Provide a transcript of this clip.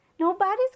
Nobody's